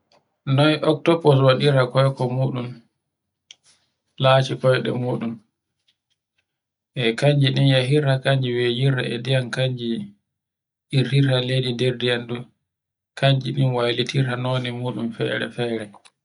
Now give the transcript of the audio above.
Noy Oktopus waɗirta koyko muɗum lati koyɗe muɗum. E kanji ɗin yahirta, kanji weyirta e ndiyam, kanji irtinta e leydi nder diyam ɗan. Kanji ɗin waylitinta londe muɗum fere-fere.